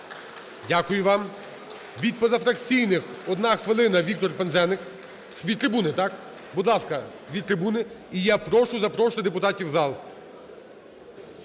Дякую вам. Від позафракційних, одна хвилина, Віктор Пинзеник. Від трибуни, так? Будь ласка, від трибуни. І я прошу, запрошую депутатів в зал.